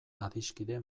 adiskide